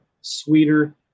sweeter